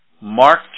Mark